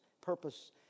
purpose